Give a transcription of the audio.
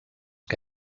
que